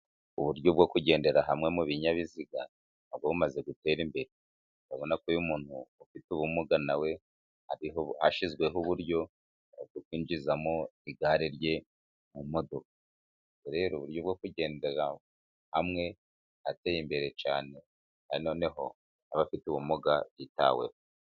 Uburyo bwo kugendera hamwe mu binyabiziga na bwo bumaze gutera imbere, urabonako uyu muntu ufite ubumuga nawe hashyizweho uburyo yakwinjizamo igare rye mu modoka. Rero uburyo bwo kugendera hamwe bwateye imbere cyane, kandi noneho n'abafite ubumuga bitaweho.